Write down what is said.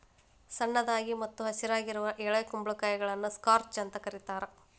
ಸಣ್ಣದಾಗಿ ಮತ್ತ ಹಸಿರಾಗಿರುವ ಎಳೆ ಕುಂಬಳಕಾಯಿಗಳನ್ನ ಸ್ಕ್ವಾಷ್ ಅಂತ ಕರೇತಾರ